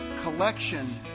collection